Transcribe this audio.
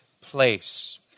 place